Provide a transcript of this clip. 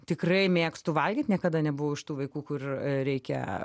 tikrai mėgstu valgyt niekada nebuvau iš tų vaikų kur reikia